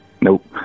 Nope